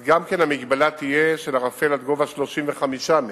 אז גם, המגבלה תהיה של ערפל עד גובה של 35 מטר.